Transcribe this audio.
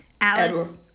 Alice